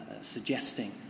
suggesting